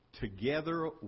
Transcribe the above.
Together